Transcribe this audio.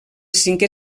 cinquè